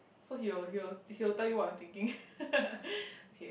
so he will he will he will tell you what I'm thinking okay